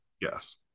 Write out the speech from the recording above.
Yes